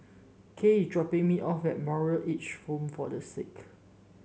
Cael is dropping me off at Moral Aged Home for The Sick